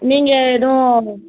நீங்கள் எதுவும்